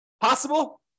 Possible